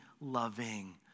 loving